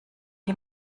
die